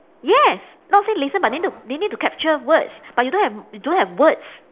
yes not say listen but they need to they need to capture words but you don't have you don't have words